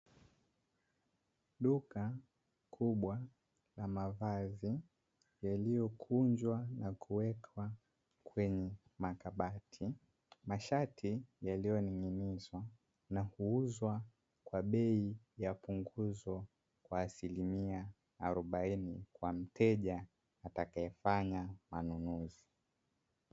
Duka kubwa la mavazi lililokunjwa na kuwekwa kwenye makabati, mashari yaliyo ning'inizwa na kuuzwa kwa bei ya punguzo kwa silimia arobaini kwa mteja atakaye fanya manunuzi.